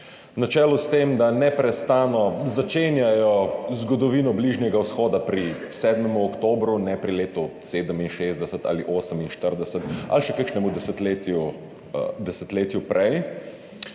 Na čelu s tem, da neprestano začenjajo zgodovino Bližnjega vzhoda pri 7. oktobru, ne pri letu 1967 ali 1948, ali še kakšnem desetletju prej